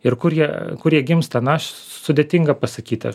ir kur jie kur jie gimsta na aš sudėtinga pasakyti